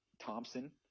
Thompson